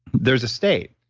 there's a state,